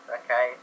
okay